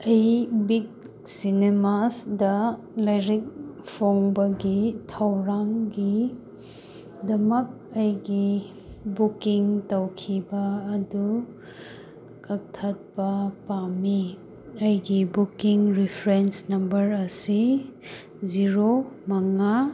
ꯑꯩ ꯕꯤꯛ ꯁꯤꯅꯤꯃꯥꯁꯇ ꯂꯥꯏꯔꯤꯛ ꯐꯣꯡꯕꯒꯤ ꯊꯧꯔꯥꯡꯒꯤ ꯗꯃꯛ ꯑꯩꯒꯤ ꯕꯨꯛꯀꯤꯡ ꯇꯧꯈꯤꯕ ꯑꯗꯨ ꯀꯛꯊꯠꯄ ꯄꯥꯝꯃꯤ ꯑꯩꯒꯤ ꯕꯨꯛꯀꯤꯡ ꯔꯤꯐꯔꯦꯟꯁ ꯅꯝꯕꯔ ꯑꯁꯤ ꯖꯤꯔꯣ ꯃꯉꯥ